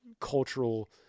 cultural